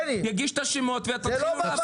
שיגיש את השמות ותתחילו לעבוד.